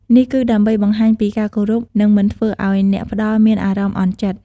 នេះគឺដើម្បីបង្ហាញពីការគោរព និងមិនធ្វើឲ្យអ្នកផ្តល់មានអារម្មណ៍អន់ចិត្ត។